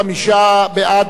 25 בעד,